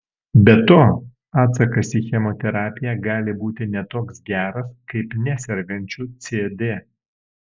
be to atsakas į chemoterapiją gali būti ne toks geras kaip nesergančių cd